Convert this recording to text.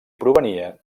provenia